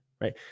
Right